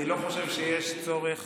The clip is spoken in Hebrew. אני לא חושב שיש צורך